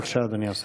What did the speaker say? בבקשה, אדוני השר.